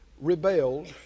rebelled